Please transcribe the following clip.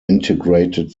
integrated